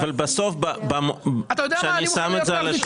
אבל בסוף, כשאני שם את זה על ה --- אתה יודע מה?